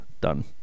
done